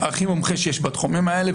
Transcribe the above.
הכי מומחה שיש בתחומים האלה,